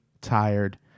tired